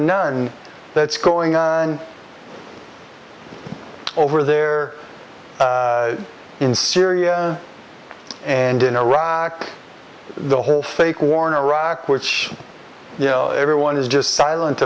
none that's going on over there in syria and in iraq the whole fake warner iraq which you know everyone is just silent